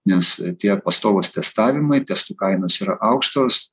nes tie pastovūs testavimai testų kainos yra aukštos